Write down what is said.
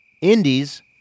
Indies